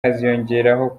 haziyongeraho